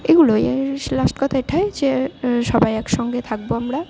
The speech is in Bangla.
এগুলোই লাস্ট কথা এটাই যে সবাই একসঙ্গে থাকবো আমরা